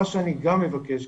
מה שאני גם מבקש,